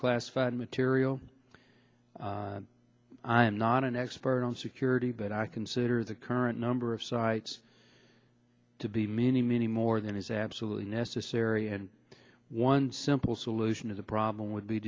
classified material i am not an expert on security but i consider the current number of sites to be many many more than is absolutely necessary and one simple solution as a problem would be